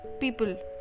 people